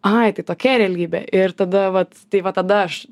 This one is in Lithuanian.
ai tai tokia realybė ir tada vat tai va tada aš